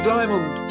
Diamond